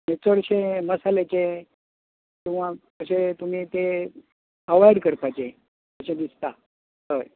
चडशें मसाल्याचे किंवां अशें तुमी तें अवोयड करपाचे अशें दिसता हय